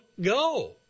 go